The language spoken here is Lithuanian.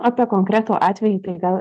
apie konkretų atvejį tai gal